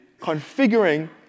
configuring